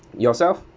yourself